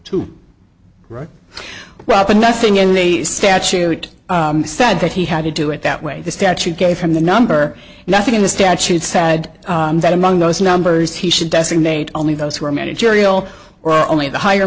statute said that he had to do it that way the statute gave him the number nothing in the statute sad that among those numbers he should designate only those who are managerial or only the higher